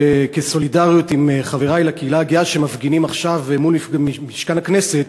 כסולידריות עם חברי לקהילה הגאה שמפגינים עכשיו מול משכן הכנסת